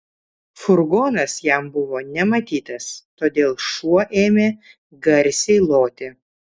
furgonas jam buvo nematytas todėl šuo ėmė garsiai loti